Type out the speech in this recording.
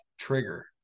Trigger